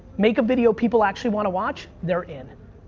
make a video people actually wanna watch, they're in.